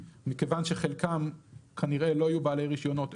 מכיוון שחלקם כנראה לא יהיו בעלי רישיונות,